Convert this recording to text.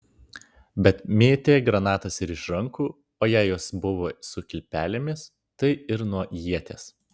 bet mėtė granatas ir iš rankų o jei jos buvo su kilpelėmis tai ir nuo ieties